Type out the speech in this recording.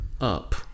up